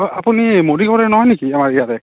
অ আপুনি নহয় নেকি আমাৰ ইয়াৰে